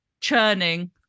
churning